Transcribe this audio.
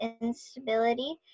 instability